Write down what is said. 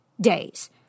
days